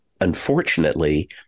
unfortunately